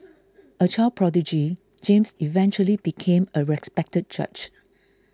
a child prodigy James eventually became a respected judge